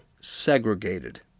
segregated